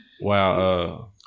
Wow